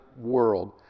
world